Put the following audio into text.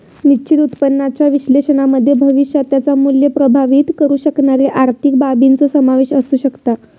निश्चित उत्पन्नाच्या विश्लेषणामध्ये भविष्यात त्याचा मुल्य प्रभावीत करु शकणारे आर्थिक बाबींचो समावेश असु शकता